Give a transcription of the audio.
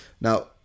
Now